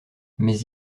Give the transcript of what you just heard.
mais